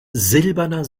silberner